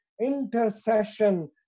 intercession